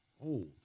old